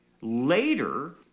later